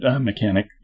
mechanic